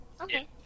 Okay